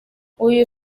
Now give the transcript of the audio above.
uyu